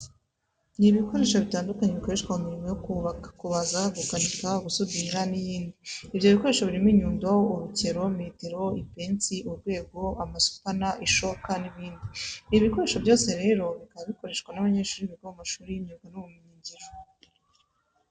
Ni ibikoresho bitandukanye bikoresho mu mirimo yo kubaka, kubaza, gukanika, gusudira n'iyindi. Ibyo bikoresho birimo inyundo, urukero, metero, ipensi, urwego, amasupana, ishoka n'ibindi. Ibi bikoresho byose rero bikaba bikoresha n'abanyeshuri biga mu mashuri y'imyuga n'ubumenyingiro.